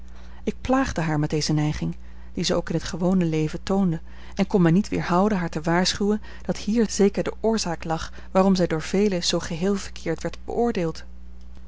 ik plaagde haar met deze neiging die ze ook in t gewone leven toonde en kon mij niet weerhouden haar te waarschuwen dat hier zeker de oorzaak lag waarom zij door velen zoo geheel verkeerd werd beoordeeld